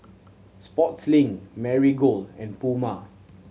Sportslink Marigold and Puma